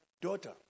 daughter